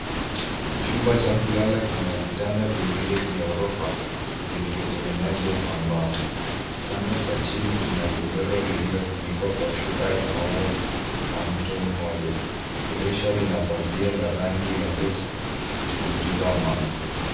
Chumba cha kulala kina vitanda viwili vya orofa vilivyo tengenezwa kwa mbao. Kitanda cha chini kina godoro liliofunikwa kwa shuka ya maua na mto moja. Dirisha lina pazia la rangi ya beige liki ingiza mwanga.